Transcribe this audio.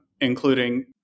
including